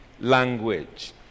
language